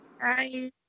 Bye